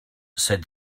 said